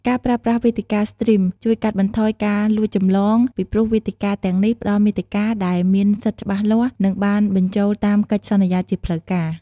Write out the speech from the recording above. ការប្រើប្រាស់វេទិកាស្ទ្រីមជួយកាត់បន្ថយការលួចចម្លង ពីព្រោះវេទិកាទាំងនេះផ្តល់មាតិកាដែលមានសិទ្ធិច្បាស់លាស់ និងបានបញ្ចូលតាមកិច្ចសន្យាជាផ្លូវការ។